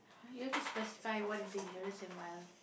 you have to specify what is dangerous and wild